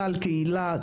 קהילה,